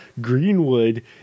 Greenwood